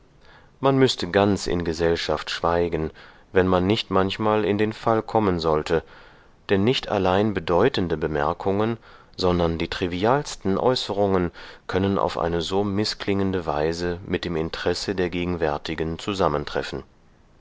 man müßte ganz in gesellschaft schweigen wenn man nicht manchmal in den fall kommen sollte denn nicht allein bedeutende bemerkungen sondern die trivialsten äußerungen können auf eine so mißklingende weise mit dem interesse der gegenwärtigen zusammentreffen